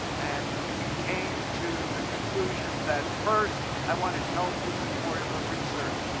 and we came to the conclusion that first i wanted help with support of ah research.